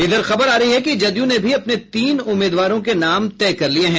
इधर खबर आ रही है कि जदयू ने भी अपने तीन उम्मीदवारों के नाम तय कर लिये हैं